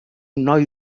noi